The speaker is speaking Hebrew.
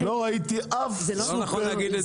זה לא נכון להגיד את זה.